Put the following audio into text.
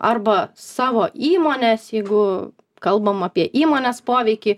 arba savo įmonės jeigu kalbam apie įmonės poveikį